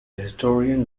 historian